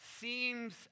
seems